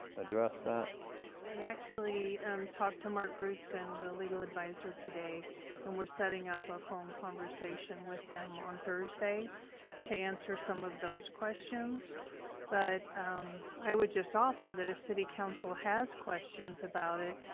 address that i actually talked to mark brusque and the legal adviser today and we're setting up a phone conversation with him on thursday to answer some of those questions but i would just offer that a city council has questions about it.